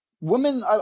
women